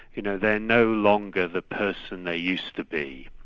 you know, they are no longer the person they used to be.